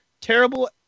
terrible